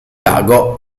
lago